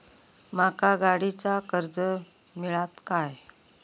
माका गाडीचा कर्ज मिळात काय?